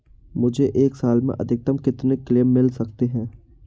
मुझे एक साल में अधिकतम कितने क्लेम मिल सकते हैं?